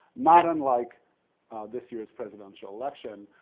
not unlike this years presidential election.